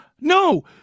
no